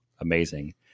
amazing